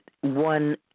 one